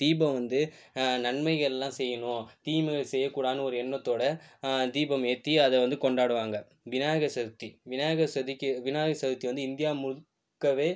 தீபம் வந்து நன்மைகள்லாம் செய்யணும் தீமைகள் செய்ய கூடாதுன்னு ஒரு எண்ணத்தோடய தீபம் ஏற்றி அதை வந்து கொண்டாடுவாங்க விநாயகர் சதுர்த்தி விநாயகர் சதுக்கி விநாயகர் சதுர்த்தி வந்து இந்தியா முழுக்கவே